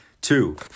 Two